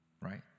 right